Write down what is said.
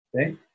Okay